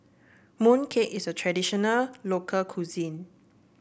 mooncake is a traditional local cuisine